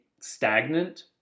stagnant